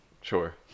Sure